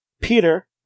Peter